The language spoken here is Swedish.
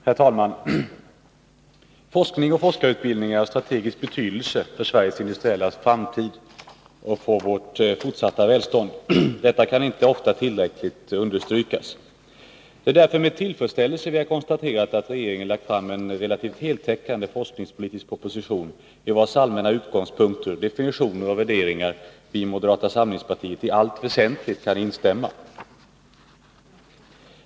Herr talman! Forskning och forskarutbildning är av strategisk betydelse för Sveriges industriella framtid och för vårt fortsatta välstånd. Detta kan inte tillräckligt ofta understrykas. Det är därför med tillfredsställelse vi har konstaterat att regeringen lagt fram en relativt heltäckande forskningspolitisk proposition, i vars allmänna utgångspunkter, definitioner och värderingar vi i moderata samlingspartiet i allt väsentligt kan instämma.